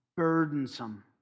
Burdensome